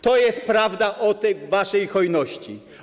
To jest prawda o tej waszej hojności.